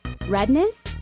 redness